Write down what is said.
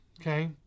okay